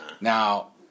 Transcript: Now